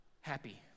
happy